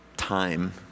time